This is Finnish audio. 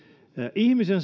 ihmisen